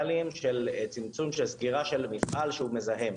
של צמצום מפעל מזהם.